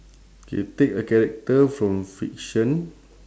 K take a character from fiction